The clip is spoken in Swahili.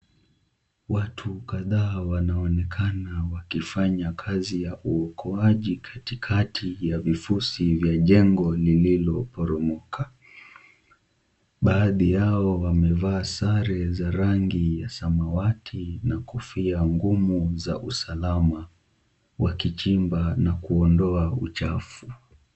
Watu kadha wanaonekana wakifanya kazi ya uokoaji katikati ya vifusi vya jengo lililoporomoka. Baadhi yao wamevaa sare za rangi ya samawati na kofia ngumu za usalama, wakichimba na kuondoa uchafu.